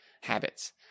habits